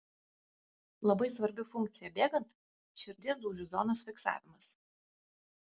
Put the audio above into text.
labai svarbi funkcija bėgant širdies dūžių zonos fiksavimas